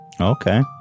Okay